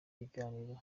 biganiro